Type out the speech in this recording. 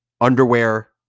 underwear